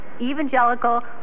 evangelical